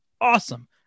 awesome